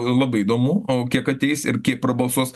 labai įdomu o kiek ateis ir kiek prabalsuos